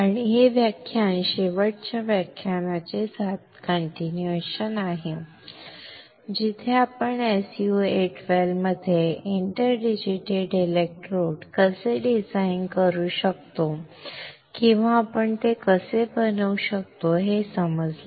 आणि हे व्याख्यान शेवटच्या व्याख्यानाचे सातत्य आहे जिथे आपण SU 8 वेल मध्ये इंटरडिजिटेटेड इलेक्ट्रोड कसे डिझाइन करू शकतो किंवा आपण कसे बनवू शकतो हे समजले